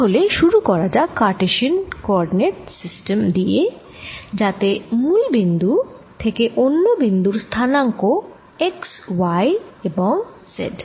তাহলে শুরু করা যাক কারটেসিয়ান কোঅরডিনেট সিস্টেম দিয়ে যাতে মূল বিন্দু থেকে অন্য বিন্দুর স্থানাঙ্ক x y এবং z